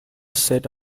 set